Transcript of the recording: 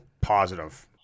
positive